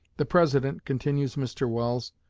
the president, continues mr. welles,